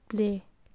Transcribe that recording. play